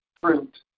fruit